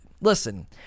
listen